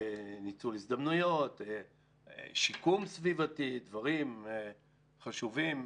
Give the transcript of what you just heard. ניצול הזדמנויות, שיקום סביבתי, דברים חשובים,